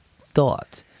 thought